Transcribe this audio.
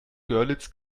görlitz